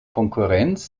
konkurrenz